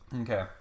okay